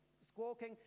squawking